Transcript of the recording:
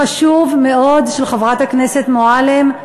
חשוב מאוד, של חברת הכנסת מועלם,